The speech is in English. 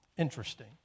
interesting